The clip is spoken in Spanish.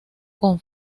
con